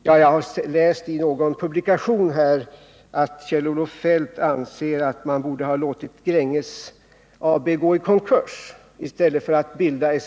Jag har läst i någon publikation att Kjell-Olof Feldt anser att man borde Torsdagen den ha låtit Grängesbergsbolaget gå i konkurs i stället för att bilda SSAB.